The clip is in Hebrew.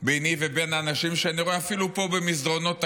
ביני לבין האנשים שאני רואה אפילו פה במסדרונות הכנסת,